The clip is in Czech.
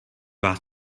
vás